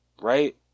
Right